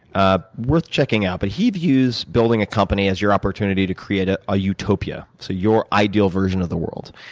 ah worth checking out. but he views building a company as your opportunity to create ah a utopia so your ideal version of the world.